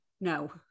no